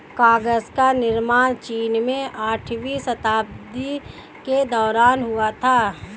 कागज का निर्माण चीन में आठवीं शताब्दी के दौरान हुआ था